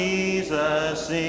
Jesus